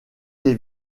les